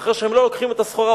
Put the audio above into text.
ואחרי שהם לא לוקחים את הסחורה,